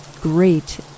great